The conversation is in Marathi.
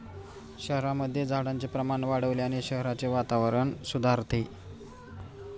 शहरांमध्ये झाडांचे प्रमाण वाढवल्याने शहराचे वातावरण सुधारते